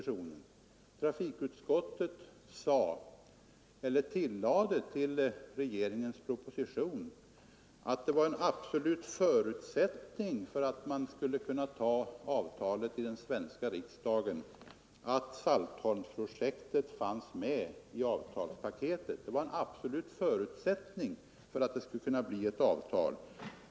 Trafikutskottet tillade till regeringens proposition att det var en absolut förutsättning för att man skulle kunna anta avtalet i den svenska riksdagen att Saltholmsprojektet fanns med i avtalspaketet. Det var alltså en absolut förutsättning för att det skulle kunna bli ett avtal.